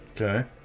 Okay